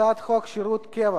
הצעת חוק שירות הקבע